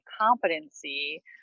competency